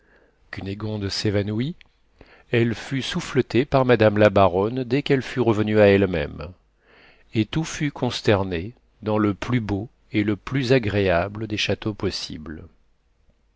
cunégonde s'évanouit elle fut souffletée par madame la baronne dès qu'elle fut revenue à elle-même et tout fut consterné dans le plus beau et le plus agréable des châteaux possibles